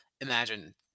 imagine